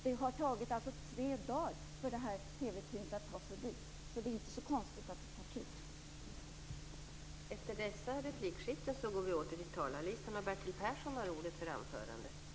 Det har tagit tre dagar för det här TV teamet att ta sig dit, så det är inte så konstigt att nyhetsförmedlingen tar tid.